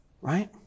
Right